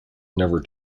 never